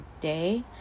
day